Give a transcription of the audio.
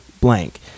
blank